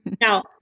Now